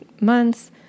months